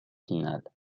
finale